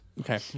Okay